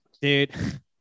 Dude